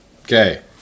Okay